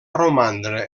romandre